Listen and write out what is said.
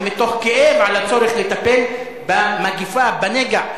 שהם מתוך כאב על הצורך לטפל במגפה, בנגע.